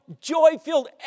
joy-filled